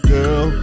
Girl